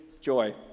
joy